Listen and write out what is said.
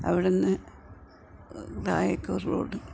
അവിടുന്ന് താഴേക്കൊരു റോഡ്